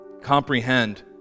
comprehend